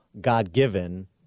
God-given